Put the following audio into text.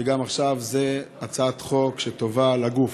ועכשיו זו גם הצעת חוק שטובה לגוף,